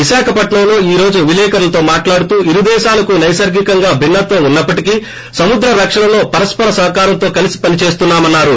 విశాఖపట్నంలో ఈ రోజు విలేకరులతో మాట్లాడుతూ ఇరుదేశాలకు నైసర్గికంగా భిన్న త్యం వున్న ప్పటికీ సముద్ర రక్షణలో పరస్సర సహకారంతో కలిసి పనిచేస్తున్నా మన్నారు